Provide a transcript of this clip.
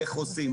איך עושים,